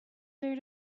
there